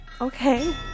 Okay